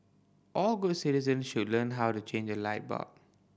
all good citizen should learn how to change a light bulb